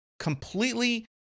completely